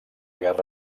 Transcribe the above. guerra